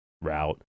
route